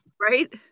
Right